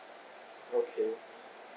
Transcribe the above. okay